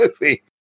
movie